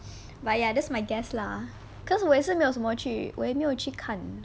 but ya that's my guess lah cause 我也是没有什么去我也没有去看